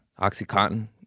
Oxycontin